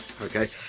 okay